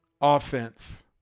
Offense